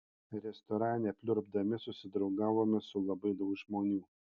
restorane pliurpdami susidraugavome su labai daug žmonių